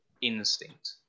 instinct